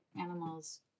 animals